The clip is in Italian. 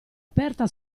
aperta